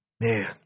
Man